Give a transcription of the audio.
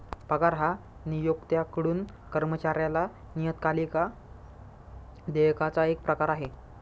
पगार हा नियोक्त्याकडून कर्मचाऱ्याला नियतकालिक देयकाचा एक प्रकार आहे